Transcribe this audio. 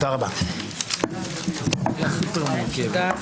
תודה, אדוני היושב-ראש.